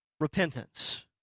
repentance